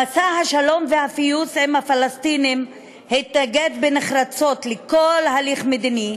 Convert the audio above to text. במסע השלום והפיוס עם הפלסטינים התנגד בנחרצות לכל הליך מדיני,